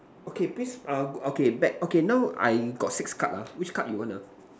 okay please uh okay back okay now I got six card ah which card you want uh